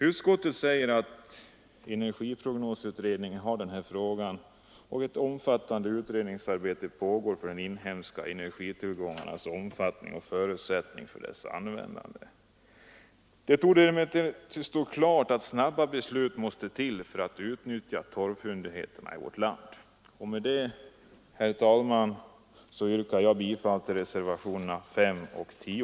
Utskottet säger att energiprognosutredningen har att pröva denna fråga och att ett omfattande utredningsarbete pågår beträffande de inhemska energitillgångarnas omfattning och förutsättningen för deras: användande. Det torde emellertid stå klart att snabba beslut måste till för att man skall kunna utnyttja torvfyndigheterna i vårt land. Med det anförda, herr talman, yrkar jag bifall till reservationerna 5 och 10.